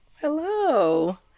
Hello